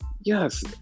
Yes